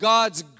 God's